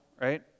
right